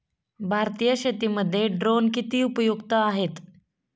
भारतीय शेतीमध्ये ड्रोन किती उपयुक्त आहेत?